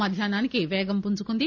మధ్యాహ్నానికి వేగం పుంజుకుంది